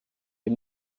wir